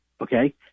Okay